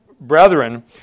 brethren